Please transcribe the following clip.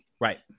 Right